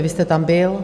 Vy jste tam byl?